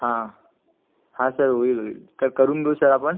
हा हा सर होईल होईल तर करून घेऊ सर आपण